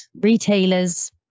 Retailers